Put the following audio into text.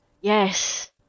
Yes